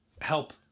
help –